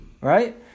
right